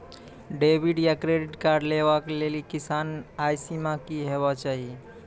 Debit या credit card लेवाक लेल किसानक आय सीमा की हेवाक चाही?